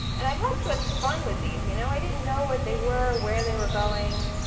and i had such fun with these you know? i didn't know what they were, where they were going.